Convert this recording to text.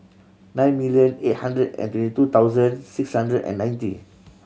nine million eight hundred and twenty two thousand six hundred and ninety